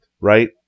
right